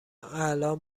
الان